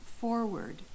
forward